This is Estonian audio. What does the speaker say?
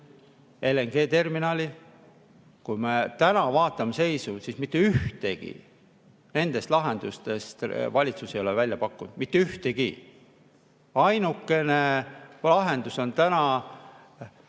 LNG‑terminal. Kui me täna vaatame [praegust] seisu, siis mitte ühtegi nendest lahendustest valitsus ei ole välja pakkunud. Mitte ühtegi! Ainukene lahendus on täna,